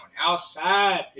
outside